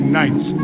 nights